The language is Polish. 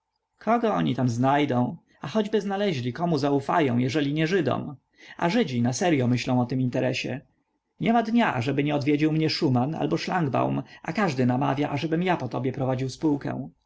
kogo oni tam znajdą a choćby znaleźli komu zaufają jeżeli nie żydom a żydzi naseryo myślą o tym interesie niema dnia ażeby nie odwiedził mnie szuman albo szlangbaum a każdy namawia ażebym ja po tobie prowadził spółkę